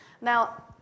Now